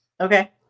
Okay